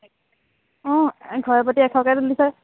অঁ ঘৰে প্ৰতি এশকে তুলিছে